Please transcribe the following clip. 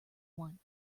one